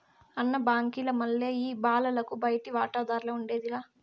అన్న, బాంకీల మల్లె ఈ బాలలకు బయటి వాటాదార్లఉండేది లా